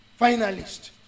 finalist